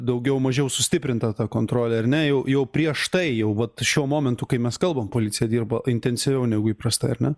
daugiau mažiau sustiprinta ta kontrolė ar ne jau jau prieš tai jau vat šiuo momentu kai mes kalbam policija dirba intensyviau negu įprasta ar ne